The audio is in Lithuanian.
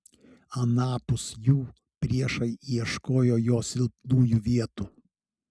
anapus jų priešai ieško jo silpnųjų vietų